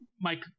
mike